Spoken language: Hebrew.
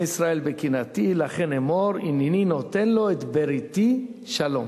ישראל בקנאתי לכן אמֹר הנני נֹתן לו את בריתי שלום